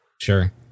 Sure